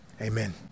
amen